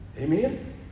Amen